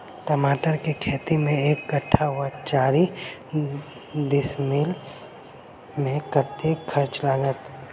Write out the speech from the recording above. टमाटर केँ खेती मे एक कट्ठा वा चारि डीसमील मे कतेक खर्च लागत?